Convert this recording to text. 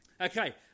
okay